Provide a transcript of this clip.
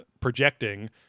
projecting